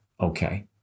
Okay